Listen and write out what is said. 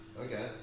Okay